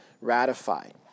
ratified